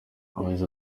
yagize